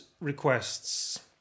requests